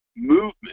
Movement